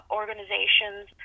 organizations